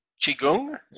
Qigong